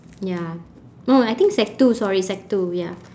ya no I think sec two sorry sec two ya